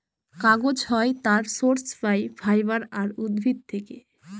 কাগজ হয় তার সোর্স পাই ফাইবার আর উদ্ভিদ থেকে